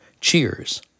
Cheers